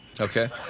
Okay